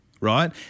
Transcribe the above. right